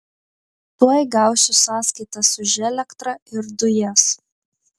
tuoj gausiu sąskaitas už elektrą ir dujas